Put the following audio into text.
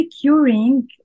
curing